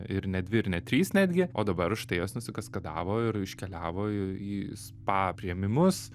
ir ne dvi ir ne trys netgi o dabar štai jos nusikaskadavo ir iškeliavo į į spa priėmimus